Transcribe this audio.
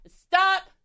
Stop